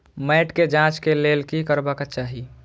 मैट के जांच के लेल कि करबाक चाही?